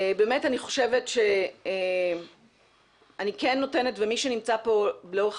באמת אני חושבת שאני כן נותנת ומי שנמצא פה לאורך